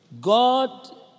God